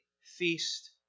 feast